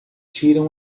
tiram